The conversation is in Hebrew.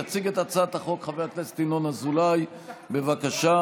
יציג את הצעת החוק חבר הכנסת ינון אזולאי, בבקשה.